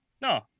No